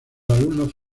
alumnos